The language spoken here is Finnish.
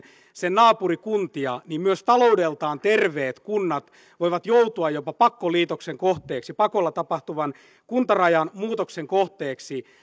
sen naapurikuntia niin myös taloudeltaan terveet kunnat voivat joutua jopa pakkoliitoksen kohteeksi pakolla tapahtuvan kuntarajan muutoksen kohteeksi